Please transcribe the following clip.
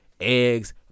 Eggs